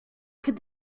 could